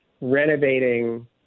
renovating